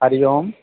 Hari Om